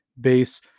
base